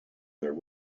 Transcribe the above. their